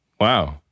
Wow